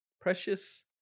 Precious